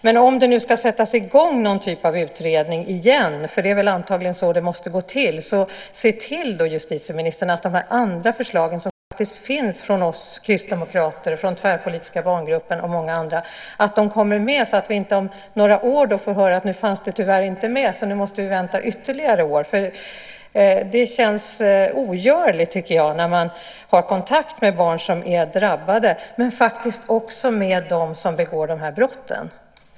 Men om det nu ska sättas i gång någon typ av utredning igen, för det är väl antagligen så det måste gå till, se då till, justitieministern, att de andra förslag som faktiskt finns från oss kristdemokrater, Tvärpolitiska barngruppen och många andra kommer med så att vi inte om några år får höra att nu fanns detta tyvärr inte med så nu måste vi vänta ytterligare flera år. Det känns ogörligt, tycker jag, när man har kontakt med barn som är drabbade och faktiskt också med dem som begår de här brotten.